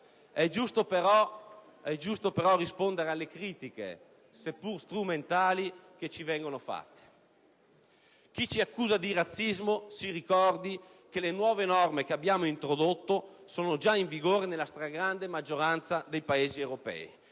È giusto però rispondere alle critiche, seppur strumentali che ci vengono fatte. Chi ci accusa di razzismo si ricordi che le nuove norme che abbiamo introdotto sono già in vigore nella stragrande maggioranza dei Paesi europei,